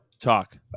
Talk